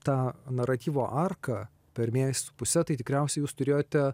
tą naratyvo arką per mėnesį su puse tai tikriausiai jūs turėjote